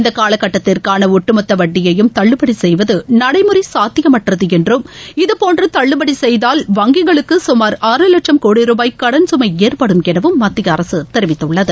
இந்த காலகட்டத்திற்கான ஒட்டுமொத்த வட்டியையும் தள்ளுபடி செய்வது நடைமுறை சாத்தியமற்றது என்றும் இதுபோன்ற தள்ளுபடி செய்தால் வங்கிகளுக்கு சுமார் ஆறு லட்சம் கோடி ருபாய் கடன் சுமை ஏற்படும் எனவும் மத்திய அரசு தெரிவித்துள்ளது